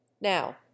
now